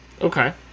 Okay